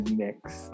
next